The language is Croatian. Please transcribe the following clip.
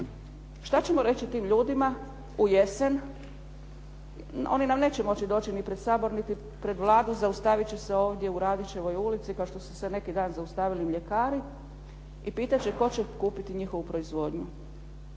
Što ćemo reći tim ljudima u jesen? Oni nam neće moći doći ni pred Sabor niti pred Vladu, zaustaviti će se ovdje u Radićevoj ulici kao što su se neki dan zaustavili mljekari i pitati će tko će kupiti njihovu proizvodnju?